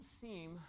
seem